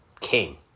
king